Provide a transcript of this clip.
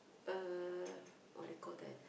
uh what you call that